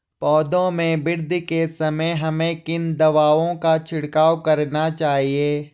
पौधों में वृद्धि के समय हमें किन दावों का छिड़काव करना चाहिए?